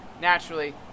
Naturally